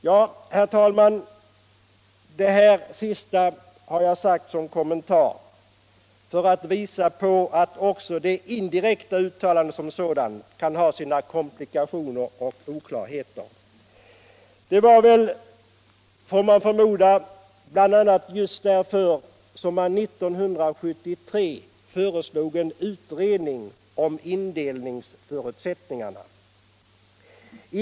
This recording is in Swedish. Ja, herr talman, det här sista har jag sagt som kommentar för att visa på att också det indirekta uttalandet som sådant kan ha sina komplikationer och oklarheter. Det var, får vi förmoda, bl.a. just därför som man 1973 föreslog en utredning om indelningsförutsättningarna.